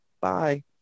Bye